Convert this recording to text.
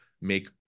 make